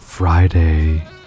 Friday